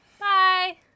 Bye